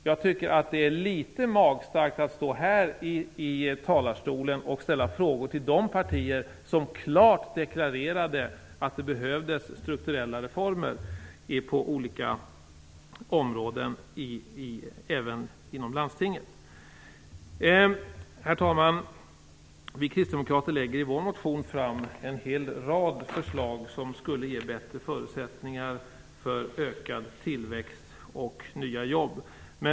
Jag tycker att det är litet magstarkt att stå här i talarstolen och ställa frågor till de partier som klart deklarerade att det behövdes strukturella reformer på olika områden, även inom landstingen. Herr talman! Vi kristdemokrater lägger i vår motion fram en rad förslag som skulle ge bättre förutsättningar för ökad tillväxt och nya jobb.